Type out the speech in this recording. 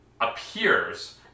appears